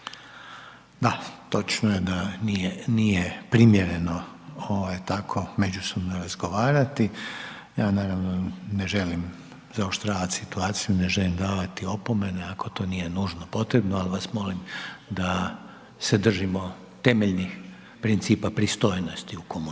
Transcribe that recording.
Da, točno je da nije primjereno tako međusobno razgovarati. Ja naravno ne želim zaoštravati situaciju, ne želim davati opomene ako to nije nužno potrebno ali vas molim da se držimo temeljnih principa pristojnosti u komunikaciji.